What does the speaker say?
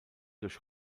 durch